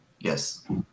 yes